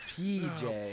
PJ